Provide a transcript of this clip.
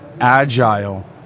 agile